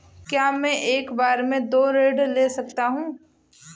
क्या मैं एक बार में दो ऋण ले सकता हूँ?